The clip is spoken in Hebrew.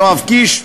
יואב קיש,